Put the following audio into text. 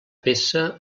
peça